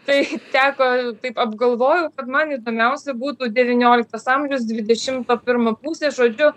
tai teko taip apgalvojau man įdomiausia būtų devynioliktas amžius dvidešimto pirma pusė žodžiu